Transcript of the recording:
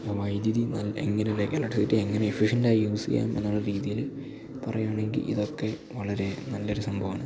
ഇപ്പോള് വൈദ്യുതി എങ്ങനെ എങ്ങനെ എഫിഷ്യൻറ്റായി യൂസ് ചെയ്യാമെന്നുള്ള രീതിയില് പറയുകയാണെങ്കില് ഇതൊക്കെ വളരെ നല്ലൊരു സംഭവമാണ്